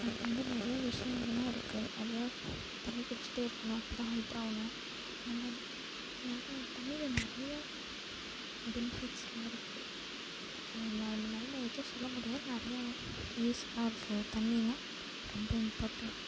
அதில் வந்து நிறைய விஷயங்கள்லாம் இருக்குது நிறையா தண்ணி குடிச்சுட்டே இருக்கணும் அப்போதான் ஹைட்டாகணும் நல்லா நல்லா தண்ணியில் நிறையா பெனிஃபிட்ஸெலாம் இருக்குது அது இந்த அரை மணி நேரம் நான் எதுவும் சொல்ல முடியாது நிறையா யூஸெலாம் இருக்குது தண்ணின்னால் ரொம்ப இம்பார்டண்ட்